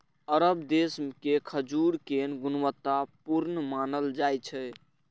अरब देश के खजूर कें गुणवत्ता पूर्ण मानल जाइ छै